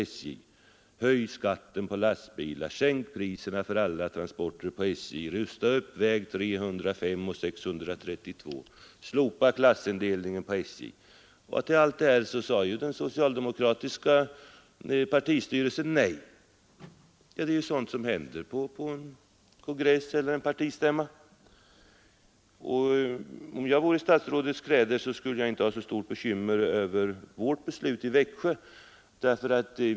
Olika motionärer krävde: Höj skatten på lastbilar, sänk priserna för alla transporter på SJ, rusta upp vägarna 305 och 632, slopa klassindelningen på SJ, osv. Och till allt det sade den socialdemokratiske partistyrelsen nej. Det är sådant som händer på en kongress eller på en partistämma. Om jag vore i statsrådets kläder skulle jag inte ha så stort bekymmer för vårt beslut i Växjö.